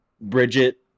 Bridget